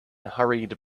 hurried